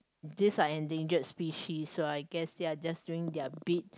these are endangered species so I guess they are just doing their bit